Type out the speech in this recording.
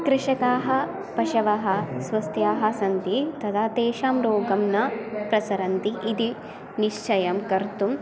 कृषकाः पशवः स्वस्थाः सन्ति तदा तेषां रोगः न प्रसरति इति निश्चयं कर्तुम्